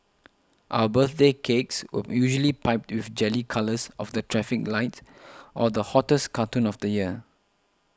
our birthday cakes were usually piped with jelly colours of the traffic lights or the hottest cartoon of the year